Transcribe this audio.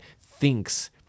thinks